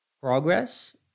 progress